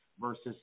versus